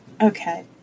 Okay